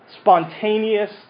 Spontaneous